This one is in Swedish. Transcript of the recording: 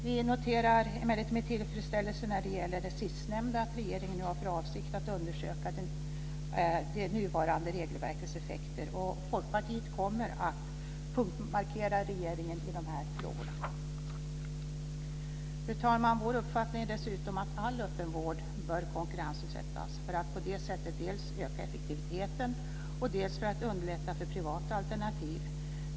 Vi noterar emellertid med tillfredsställelse vad gäller det sistnämnda att regeringen nu har för avsikt att undersöka det nuvarande regelverkets effekter. Folkpartiet kommer att punktmarkera regeringen i de här frågorna. Fru talman! Vår uppfattning är dessutom att man bör konkurrensutsätta all öppenvård för att på det sättet dels öka effektiviteten, dels underlätta för privata alternativ.